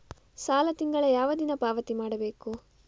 ಸಾಲ ತಿಂಗಳ ಯಾವ ದಿನ ಪಾವತಿ ಮಾಡಬೇಕು?